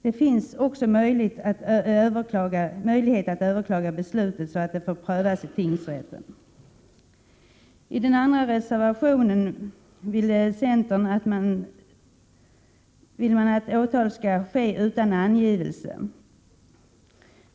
Det finns också möjlighet att överklaga beslutet och få det prövat i tingsrätten. I den andra reservationen, av centern, vill man att åtal skall ske utan angivelse.